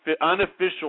unofficial